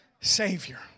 Savior